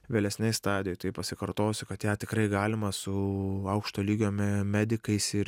vėlesnėj stadijoj tai pasikartosiu kad ją tikrai galima su aukšto lygio me medikais ir